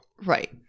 Right